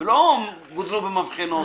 ולא גודלו במבחנות.